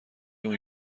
اون